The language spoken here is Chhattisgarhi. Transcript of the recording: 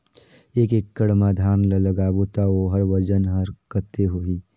एक एकड़ मा धान ला लगाबो ता ओकर वजन हर कते होही?